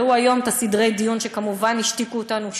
ראו היום את סדרי הדיון, שכמובן השתיקו אותנו שוב,